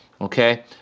Okay